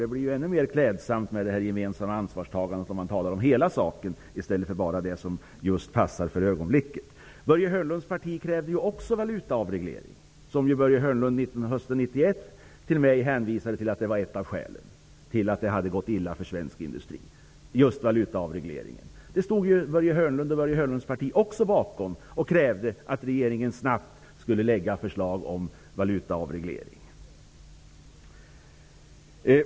Det är mera klädsamt med det gemensamma ansvarstagandet om man talar om hela situationen i stället för bara det som passar för ögonblicket. Börje Hörnlunds parti krävde också valutaavreglering. Hösten 1991 sade Börje Hörnlund till mig att valutaavregleringen var ett av skälen till att det hade gått illa för svensk industri. Börje Hörnlund och hans parti krävde också att regeringen snabbt skulle lägga fram förslag om valutaavreglering.